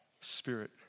spirit